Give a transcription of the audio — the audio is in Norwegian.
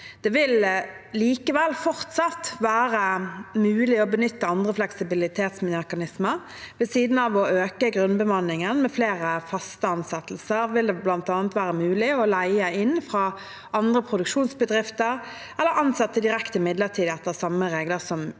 Det vil likevel fortsatt være mulig å benytte andre fleksibilitetsmekanismer. Ved siden av å øke grunnbemanningen og flere faste ansettelser vil det bl.a. være mulig å leie inn fra andre produksjonsbedrifter eller ansatte direkte midlertidig etter samme regler som